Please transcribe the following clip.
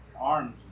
arms